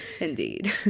indeed